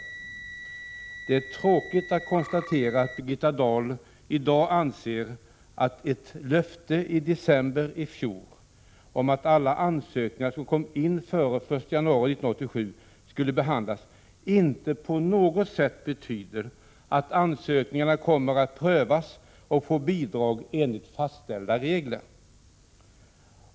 Det är tråkigt att konstatera att Birgitta Dahl i dag anser att ett löfte i december i fjol om att alla ansökningar som kom in före den 1 januari 1987 skulle behandlas, inte på något sätt betyder att ansökningarna kommer att prövas och leda till att bidrag ges enligt fastställda regler.